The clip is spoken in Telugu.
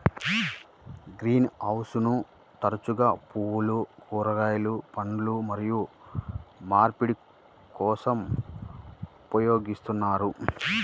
గ్రీన్ హౌస్లను తరచుగా పువ్వులు, కూరగాయలు, పండ్లు మరియు మార్పిడి కోసం ఉపయోగిస్తారు